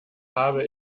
habe